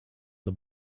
the